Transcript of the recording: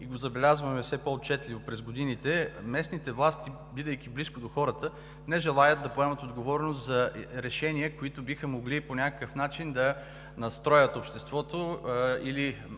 и го забелязваме все по-отчетливо през годините – местните власти, бидейки близко до хората, не желаят да поемат отговорност за решения, които биха могли по някакъв начин да настроят обществото или